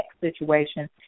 situation